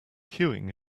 queuing